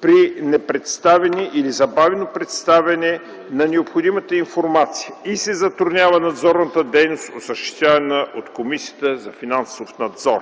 при непредставяне или забавено представяне на необходимата информация и се затруднява надзорната дейност, осъществявана от Комисията за финансов надзор.